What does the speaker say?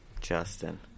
Justin